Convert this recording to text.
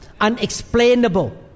unexplainable